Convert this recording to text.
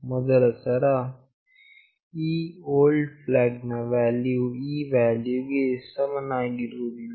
ಮೊದಲ ಸಲ ಈ old flag ನ ವ್ಯಾಲ್ಯೂವು ಈ ವ್ಯಾಲ್ಯೂ ಗೆ ಸಮನಾಗಿರಲಿಲ್ಲ